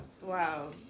Wow